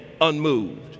unmoved